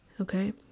Okay